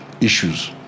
issues